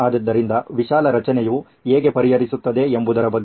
ಆದ್ದರಿಂದ ವಿಶಾಲ ರಚನೆಯು ಹೇಗೆ ಪರಿಹರಿಸುತ್ತದೆ ಎಂಬುದರ ಬಗ್ಗೆ